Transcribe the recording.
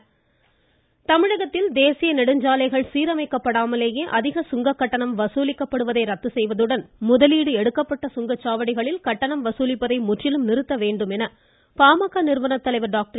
ராமதாஸ் தமிழகத்தில் தேசிய நெடுஞ்சாலைகள் சீரமைக்கப்படாமலேயே அதிக சுங்கக்கட்டணம் வசூலிக்கப்படுவதை ரத்து செய்வதோடு முதலீடு எடுக்கப்பட்ட சுங்கச்சாவடிகளில் கட்டணம் வசூலிப்பதை முற்றிலும் நிறுத்த வேண்டும் என்று பாமக நிறுவனர் தலைவர் டாக்டர்